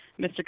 Mr